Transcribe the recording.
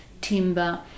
timber